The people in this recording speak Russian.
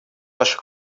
вашу